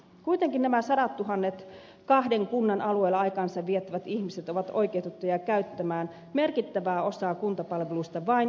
kuitenkin nämä sadattuhannet kahden kunnan alueella aikaansa viettävät ihmiset ovat oikeutettuja käyttämään merkittävää osaa kuntapalveluista vain virallisessa kotikunnassaan